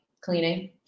cleaning